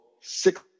six